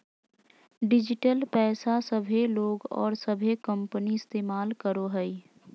digital पैसा सभे लोग और सभे कंपनी इस्तमाल करो हइ